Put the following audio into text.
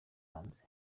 hanze